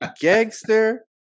gangster